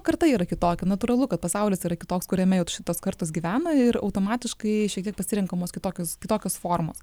kartą yra kitokia natūralu kad pasaulis yra kitoks kuriame jau šitos kartos gyvena ir automatiškai šiek tiek pasirenkamos kitokios kitokios formos